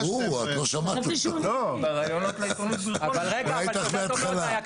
ברור את לא שמעת, הוא היה איתך מהתחלה.